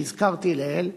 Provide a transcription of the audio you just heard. שהזכרתי לעיל,